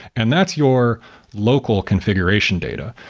and that's your local configuration data.